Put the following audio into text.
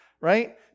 right